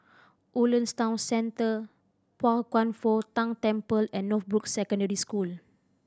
Woodlands Town Centre Pao Kwan Foh Tang Temple and Northbrooks Secondary School